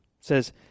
says